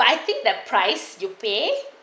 but I think that price you pay